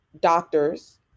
doctors